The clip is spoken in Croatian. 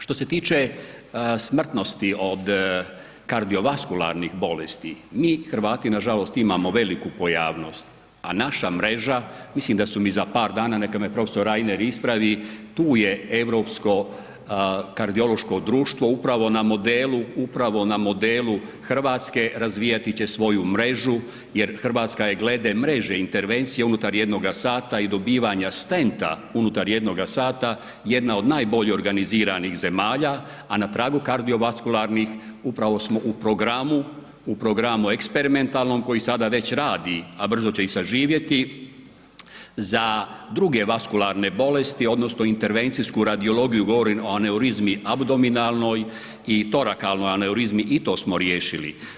Što se tiče smrtnosti od kardiovaskularnih bolesti, mi Hrvati nažalost imamo veliku pojavnost a naša mreža, mislim da su mi za par dana, neka me prof. Reiner ispravi, tu je Europsko kardiološko društvo, upravo na modelu Hrvatske razvijati će svoju mrežu jer Hrvatska je glede mreže intervencija unutar jednoga sata i dobivanja stenta unutar jednoga sata, jedna od najbolje organiziranih zemalja a na tragu kardiovaskularnih, upravo smo u programu eksperimentalnom koji sada već radi a brzo će i zaživjeti, za druge vaskularne bolesti odnosno intervencijsku radiologiju, govorim o aneurizmi abdominalnoj i torakalnoj aneurizmi, i to smo riješili.